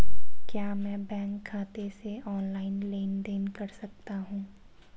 क्या मैं बैंक खाते से ऑनलाइन लेनदेन कर सकता हूं?